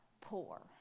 poor